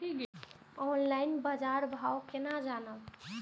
Online बाजार भाव केना जानब?